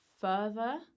further